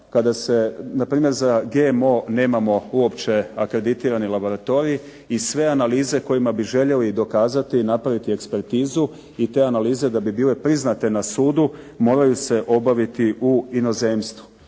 kada se npr. za GMO nemamo uopće akreditirani laboratorij i sve analize kojima bi željeli dokazati i napraviti ekspertizu i te analize da bi bile priznate na sudu, moraju se obaviti u inozemstvu.